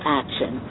action